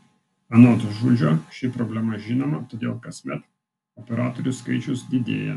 anot žudžio ši problema žinoma todėl kasmet operatorių skaičius didėja